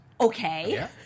Okay